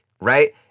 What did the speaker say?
Right